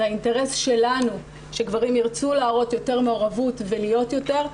זה האינטרס שלנו שגברים ירצו להראות יותר מעורבות ולהיות יותר,